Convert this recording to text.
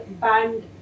banned